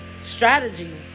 strategy